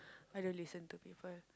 I don't listen to people